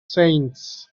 saints